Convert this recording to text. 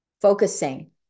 focusing